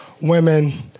women